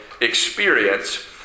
experience